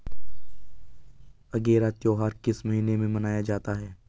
अगेरा त्योहार किस महीने में मनाया जाता है?